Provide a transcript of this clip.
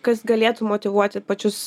kas galėtų motyvuoti pačius